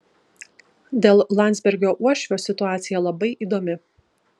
dėl landsbergio uošvio situacija labai įdomi